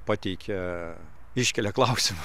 pateikia iškelia klausimą